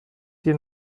die